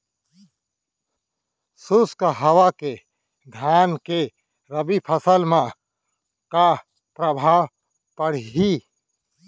शुष्क हवा के धान के रबि फसल मा का प्रभाव पड़ही?